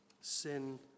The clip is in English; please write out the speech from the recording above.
Sin